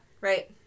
right